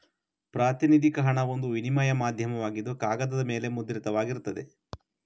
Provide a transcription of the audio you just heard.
ಪ್ರಾತಿನಿಧಿಕ ಹಣ ಒಂದು ವಿನಿಮಯ ಮಾಧ್ಯಮವಾಗಿದ್ದು ಕಾಗದದ ಮೇಲೆ ಮುದ್ರಿತವಾಗಿರ್ತದೆ